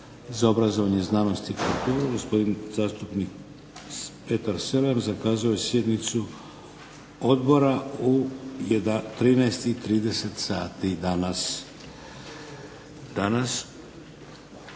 za obrazovanje, znanost i kulturu gospodin zastupnik Petar Selem zakazuje sjednicu Odbora u 13 i 30 sati danas.